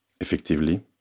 Effectively